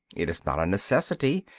it is not a necessity,